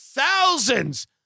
Thousands